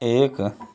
एक